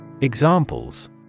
Examples